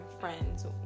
friends